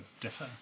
differ